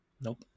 Nope